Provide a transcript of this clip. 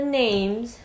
names